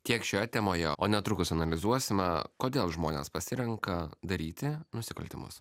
tiek šioje temoje o netrukus analizuosime kodėl žmonės pasirenka daryti nusikaltimus